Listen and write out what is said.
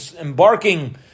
embarking